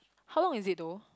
how long is it though